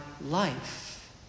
life